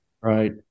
Right